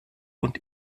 und